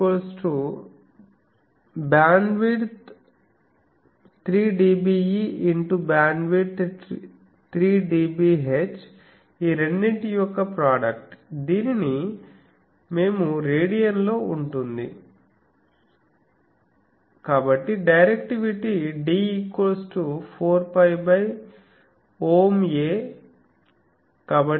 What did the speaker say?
ఈ రెండింటి యొక్క ప్రోడక్ట్ దీనిని మేము రేడియన్లో ఉంటుంది కాబట్టి డైరెక్టివిటీ D4πΩA